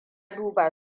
duba